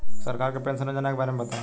सरकार के पेंशन योजना के बारे में बताईं?